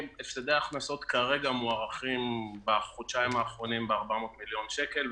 כרגע הפסדי ההכנסות מוערכים בחודשיים האחרונים ב-400 מיליון שקל,